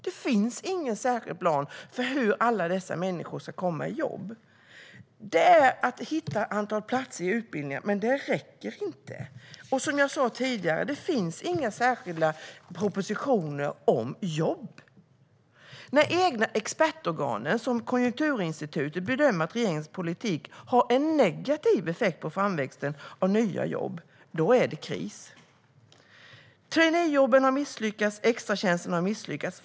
Det finns ingen särskild plan för hur alla dessa människor ska komma i jobb. Att hitta ett antal platser i utbildningar räcker inte. Som jag sa tidigare finns det inga särskilda propositioner om jobb. När de egna expertorganen, som Konjunkturinstitutet, bedömer att regeringens politik har en negativ effekt på framväxten av nya jobb är det kris. Traineejobben har misslyckats. Extratjänsterna har misslyckats.